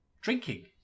drinking